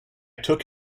took